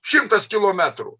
šimtas kilometrų